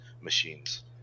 machines